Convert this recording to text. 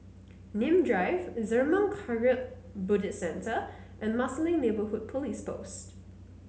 Nim Drive Zurmang Kagyud Buddhist Centre and Marsiling Neighbourhood Police Post